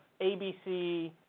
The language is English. ABC